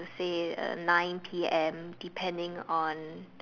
say nine P_M depending on